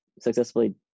successfully